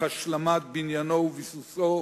אך השלמת בניינו וביסוסו